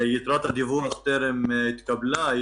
יתרת הדיווח טרם התקבלה.